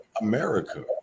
America